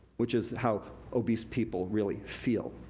which is how obese people really feel.